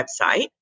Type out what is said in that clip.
website